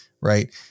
Right